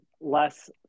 less